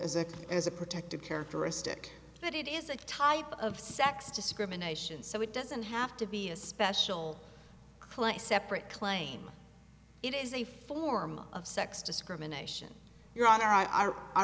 as a as a protected characteristic but it is a type of sex discrimination so it doesn't have to be a special place separate claim it is a form of sex discrimination your honor i